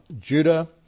Judah